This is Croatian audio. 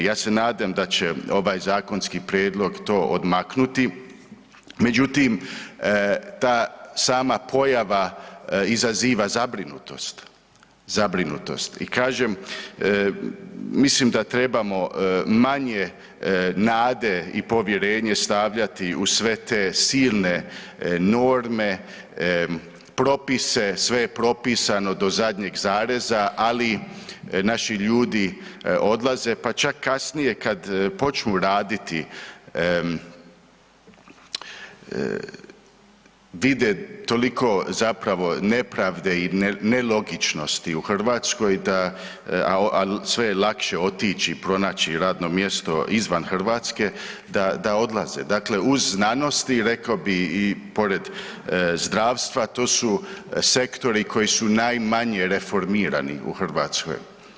Ja se nadam da će ovaj zakonski prijedlog to odmaknuti, međutim, ta sama pojava izaziva zabrinutost, zabrinutost i kažem, mislim da trebamo manje nade i povjerenje stavljati u sve te silne norme, propise, sve je propisano do zadnjeg zareza, ali naši ljudi odlaze, pa čak kasnije kad počnu raditi vide toliko zapravo nepravde i nelogičnosti u Hrvatskoj da, a sve je lakše otići i pronaći radno mjesto izvan Hrvatske da odlaze, dakle u znanosti, rekao bih i pored zdravstva, to su sektori koji su najmanje reformirani, u Hrvatskoj.